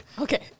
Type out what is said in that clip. Okay